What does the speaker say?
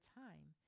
time